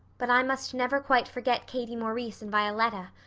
but i must never quite forget katie maurice and violetta.